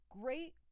great